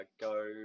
go